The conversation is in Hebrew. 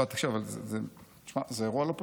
לא, תקשיב, אבל זה אירוע לא פשוט,